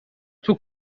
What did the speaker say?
توو